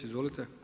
Izvolite.